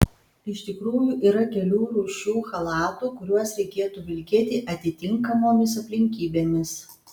iš tikrųjų yra kelių rūšių chalatų kuriuos reikėtų vilkėti atitinkamomis aplinkybėmis